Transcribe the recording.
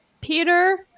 Peter